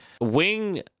Wing